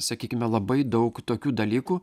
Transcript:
sakykime labai daug tokių dalykų